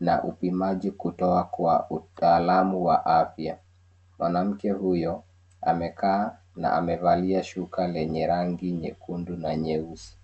na upimaji kutoa kwa utaalamu wa afya. Mwanamke huyo amekaa na amevalia shuka lenye rangi nyekundu na nyeusi.